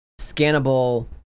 scannable